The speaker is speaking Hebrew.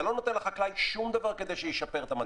אתה לא נותן לחקלאי שום דבר כדי שישפר את המצב.